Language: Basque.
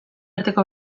arteko